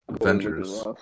Avengers